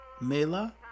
Mela